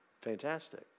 fantastic